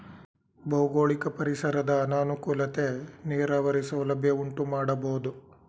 ಭೌಗೋಳಿಕ ಪರಿಸರದ ಅನಾನುಕೂಲತೆ ನೀರಾವರಿ ಸೌಲಭ್ಯ ಉಂಟುಮಾಡಬೋದು